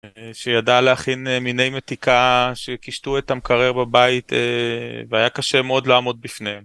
שידע להכין מיני מתיקה שקשטו את המקרר בבית והיה קשה מאוד לעמוד בפניהם.